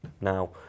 now